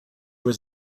was